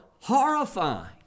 horrifying